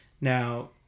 Now